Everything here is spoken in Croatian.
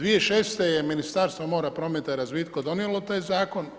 2006. je Ministarstvo mora, prometa i razvitka donijelo taj zakon.